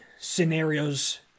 scenarios